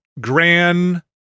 Gran